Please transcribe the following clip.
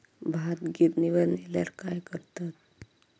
भात गिर्निवर नेल्यार काय करतत?